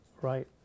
right